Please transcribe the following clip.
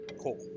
Cool